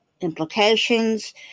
implications